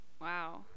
Wow